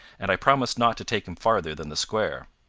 and i promised not to take him farther than the square.